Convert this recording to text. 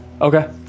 Okay